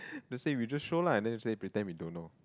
they said we just show lah and then you say pretend we don't know